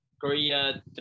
Korea